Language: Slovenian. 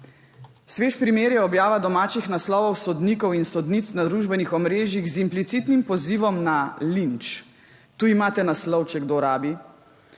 Svež primer je objava domačih naslovov sodnikov in sodnic na družbenih omrežjih z implicitnim pozivom na linč –»tu imate naslov, če kdo rabi«.